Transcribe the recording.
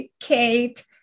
Kate